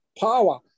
power